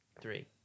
three